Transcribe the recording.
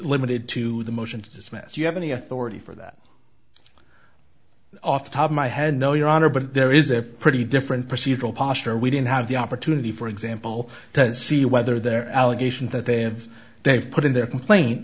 limited to the motion to dismiss you have any authority for that off the top of my head no your honor but there is a pretty different procedural posture we didn't have the opportunity for example to see whether their allegations that they have they've put in their complaint